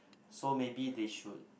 so maybe they should